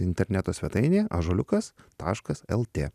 interneto svetainėje ąžuoliukas taškas lt